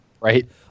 Right